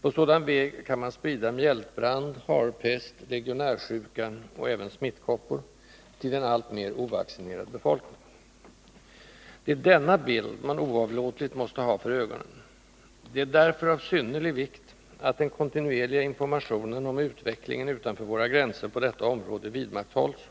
På sådan väg kan man sprida mjältbrand, harpest, ”legionärsjukan” och även smittkoppor — till en alltmer ovaccinerad befolkning. Det är denna bild man oavlåtligt måste ha för ögonen. Det är därför av synnerlig vikt att den kontinuerliga informationen om utvecklingen utanför våra gränser på detta område vidmakthålls,